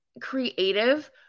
creative